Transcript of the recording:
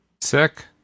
Sick